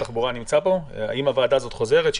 האם הוועדה הזאת חוזרת?